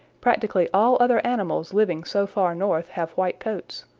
practically all other animals living so far north have white coats,